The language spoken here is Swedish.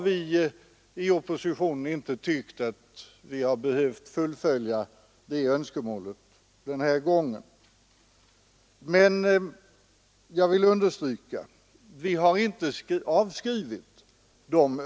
Vi inom oppositionen har inte tyckt att vi behövt fullfölja det önskemålet denna gång. Men jag vill understryka att vi inte har avskrivit det.